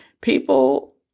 People